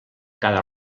cada